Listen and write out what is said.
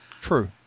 True